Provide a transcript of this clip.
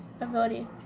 ability